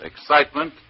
excitement